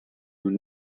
nun